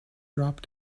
drop